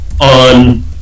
on